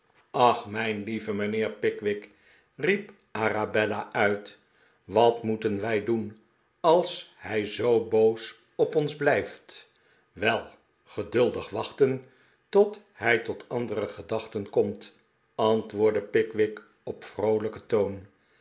ach mijn lieve mijnheer pickwick riep arabella uit wat moeten wij doen als hij zoo boos op ons blijft wel geduldig wachten tot hij tot andere gedachten komt antwoordde pickwick op vroolijken toon